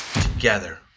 together